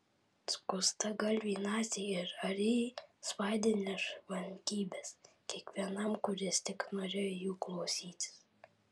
skustagalviai naciai ir arijai svaidė nešvankybes kiekvienam kuris tik norėjo jų klausytis